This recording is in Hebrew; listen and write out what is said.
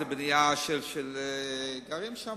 זו בנייה שגרים שם.